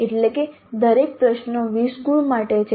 એટલે કે દરેક પ્રશ્નો 20 ગુણ માટે છે